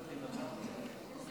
חשבתי לדיבור, סליחה.